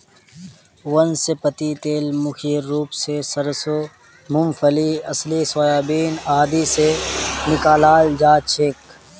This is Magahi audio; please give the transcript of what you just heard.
वनस्पति तेल मुख्य रूप स सरसों मूंगफली अलसी सोयाबीन आदि से निकालाल जा छे